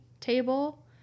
table